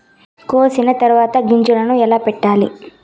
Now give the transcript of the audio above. కోసిన తర్వాత గింజలను ఎలా పెట్టాలి